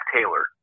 Taylor